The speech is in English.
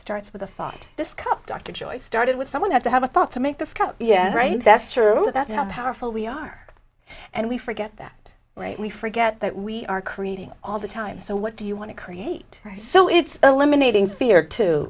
starts with a thought this cup dr joy started with someone had to have a thought to make this come yeah right that's true that's how powerful we are and we forget that we forget that we are creating all the time so what do you want to create so it's eliminating fear too